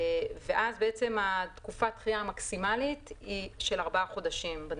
ואז תקופת הדחייה המקסימלית בנסיבות האלה היא של ארבעה חודשים.